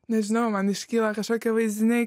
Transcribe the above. nežinau man iškyla kažkokie vaizdiniai